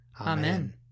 Amen